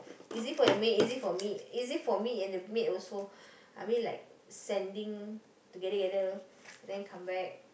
easy for the maid easy for me easy for me and the maid also I mean like standing together together and then come back